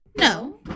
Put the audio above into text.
No